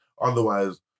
Otherwise